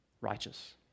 righteous